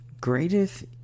greatest